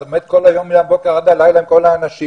באמת כל היום מהבוקר עד הלילה עם כל האנשים,